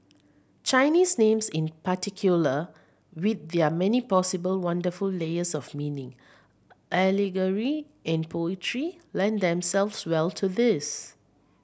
Chinese names in particular with their many possible wonderful layers of meaning allegory and poetry lend themselves well to this